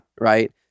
Right